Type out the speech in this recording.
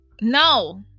No